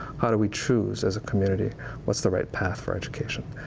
how do we choose as a community what is the right path for education?